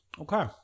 Okay